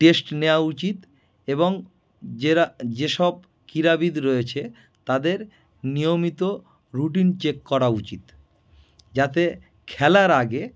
test নেওয়া উচিত এবং যেরা যে সব কীড়াবিদ রয়েছে তাদের নিয়মিত রুটিং চেক করা উচিত যাতে খেলার আগে